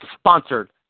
sponsored